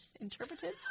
interpreted